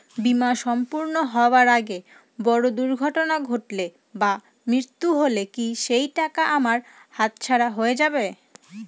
বীমা সম্পূর্ণ হওয়ার আগে বড় দুর্ঘটনা ঘটলে বা মৃত্যু হলে কি সেইটাকা আমার হাতছাড়া হয়ে যাবে?